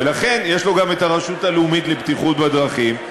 ולכן יש לו גם הרשות הלאומית לבטיחות בדרכים.